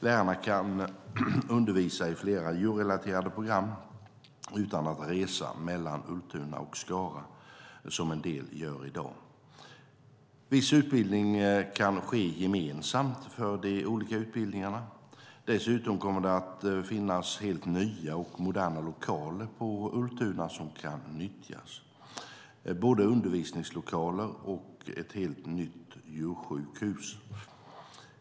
Lärarna kan undervisa i flera djurrelaterade program utan att resa mellan Ultuna och Skara, vilket en del gör i dag. Viss undervisning kan ske gemensamt för de olika utbildningarna. Dessutom kommer det att finnas helt nya och moderna lokaler på Ultuna som kan nyttjas - både undervisningslokaler och ett helt nytt djursjukhus.